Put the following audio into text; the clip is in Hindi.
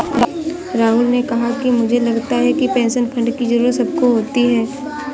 राहुल ने कहा कि मुझे लगता है कि पेंशन फण्ड की जरूरत सबको होती है